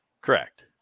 Correct